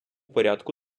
порядку